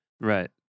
Right